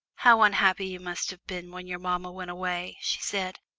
how unhappy you must have been when your mamma went away, she said.